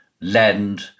lend